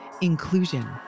inclusion